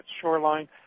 shoreline